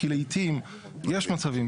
כי לעיתים יש מצבים,